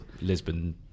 Lisbon